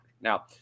Now